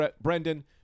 Brendan